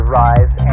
rise